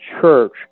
church